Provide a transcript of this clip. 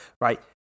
Right